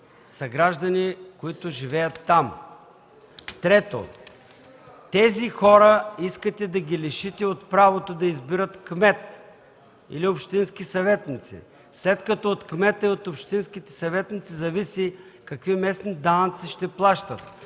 съграждани, които живеят там. Трето, тези хора искате да ги лишите от правото да избират кмет или общински съветници, след като от кмета и от общинските съветници зависи какви местни данъци ще плащат,